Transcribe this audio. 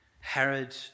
Herod